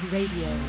Radio